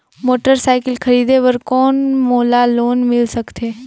Motorcycle खरीदे बर कौन मोला लोन मिल सकथे?